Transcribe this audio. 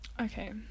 Okay